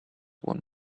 one